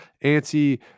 anti